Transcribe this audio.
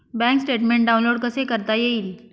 Bank statement download कसे करता येईल?